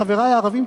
חברי הערבים,